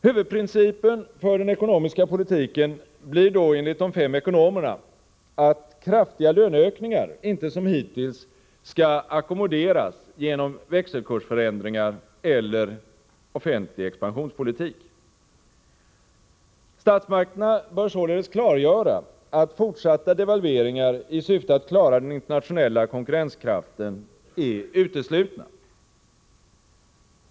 Huvudprincipen för den ekonomiska politiken blir då enligt de fem ekonomerna att kraftiga löneökningar inte som hittills skall ackomoderas genom växelkursförändringar eller offentlig expansionspolitik. Statsmakterna bör således klargöra att fortsatta devalveringar i syfte att klara den internationella konkurrenskraften är uteslutna.